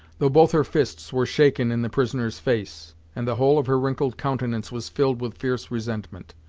though both her fists were shaken in the prisoner's face, and the whole of her wrinkled countenance was filled with fierce resentment.